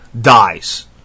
dies